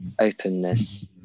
openness